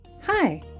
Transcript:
Hi